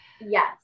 Yes